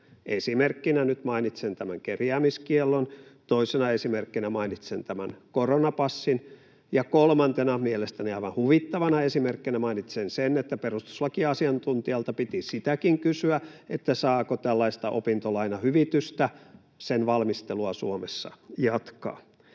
Esimerkkinä nyt mainitsen tämän kerjäämiskiellon, toisena esimerkkinä mainitsen tämän koronapassin ja kolmantena, mielestäni aivan huvittavana esimerkkinä mainitsen sen, että perustuslakiasiantuntijalta piti sitäkin kysyä, saako tällaisen opintolainahyvityksen valmistelua Suomessa jatkaa.